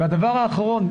דבר אחרון,